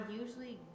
usually